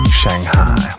shanghai